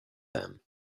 them